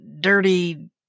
dirty